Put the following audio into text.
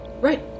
Right